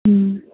ꯎꯝ